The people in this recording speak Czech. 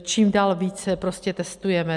Čím dál více prostě testujeme.